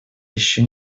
еще